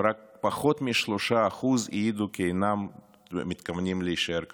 ורק פחות מ-3% העידו כי אינם מתכוונים להישאר כאן,